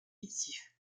fictif